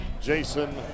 Jason